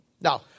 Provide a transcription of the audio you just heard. Now